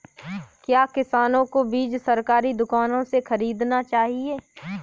क्या किसानों को बीज सरकारी दुकानों से खरीदना चाहिए?